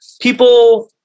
People